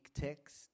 text